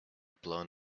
blown